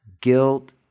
guilt